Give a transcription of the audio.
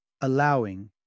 allowing